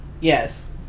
Yes